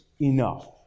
enough